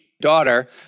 daughter